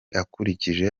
akurikije